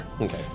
Okay